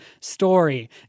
story